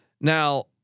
Now